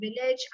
village